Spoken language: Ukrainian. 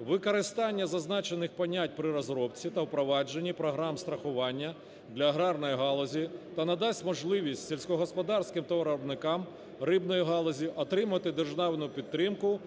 використання зазначених понять при розробці та впровадженні програм страхування для аграрної галузі та надасть можливість сільськогосподарським товаровиробникам рибної галузі отримати державну підтримку